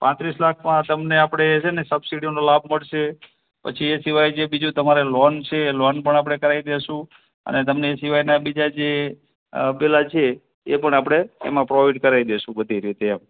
પાંત્રીસ લાખમાં તમને આપણે છે ને સબસિડીનો લાભ મળશે પછી એ સિવાય જે બીજું તમારે લોન છે એ લોન પણ આપણે કરાવી દઇશું અને તમને એ સિવાયના બીજા જે પેલા છે એ પણ આપણે એમાં પ્રોવાઈડ કરાવી દઇશું બધી રીતે એમ